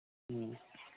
ꯎꯝ